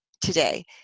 today